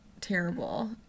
terrible